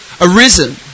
arisen